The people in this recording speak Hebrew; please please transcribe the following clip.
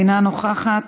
אינה נוכחת,